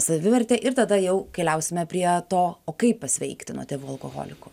savivertė ir tada jau keliausime prie to o kaip pasveikti nuo tėvų alkoholikų